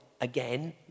again